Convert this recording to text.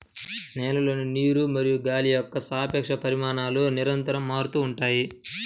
నేలలోని నీరు మరియు గాలి యొక్క సాపేక్ష పరిమాణాలు నిరంతరం మారుతూ ఉంటాయి